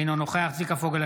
אינו נוכח צביקה פוגל,